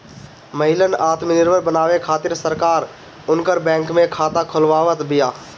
महिलन आत्मनिर्भर बनावे खातिर सरकार उनकर बैंक में खाता खोलवावत बिया